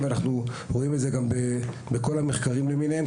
ואנחנו רואים את זה גם בכל המחקרים למיניהם: